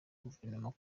gouvernement